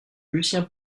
lucien